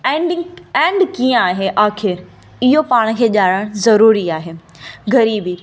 ending and कीअं आहे आख़िर इहो पाण खे ॼाणणु ज़रूरी आहे ग़रीबी